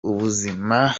ubuzima